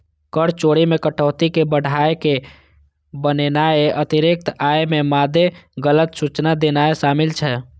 कर चोरी मे कटौती कें बढ़ाय के बतेनाय, अतिरिक्त आय के मादे गलत सूचना देनाय शामिल छै